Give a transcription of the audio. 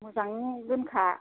मोजाङै दोनखा